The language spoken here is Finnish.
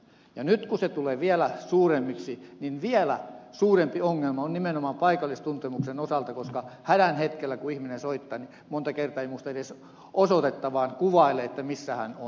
nyt kun alue tulee vielä suuremmaksi niin vielä suurempi ongelma on nimenomaan paikallistuntemuksen osalta koska kun ihminen soittaa hädän hetkellä niin monta kertaa ei muista edes osoitetta vaan kuvailee missä on